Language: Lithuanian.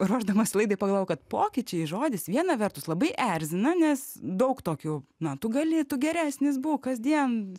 ruošdamasi laidai pagalvojau kad pokyčiai žodis viena vertus labai erzina nes daug tokių na tu gali tu geresnis būk kasdien